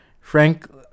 Frank